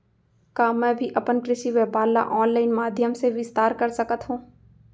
का मैं भी अपन कृषि व्यापार ल ऑनलाइन माधयम से विस्तार कर सकत हो?